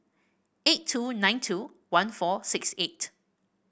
eight two nine two one four six eight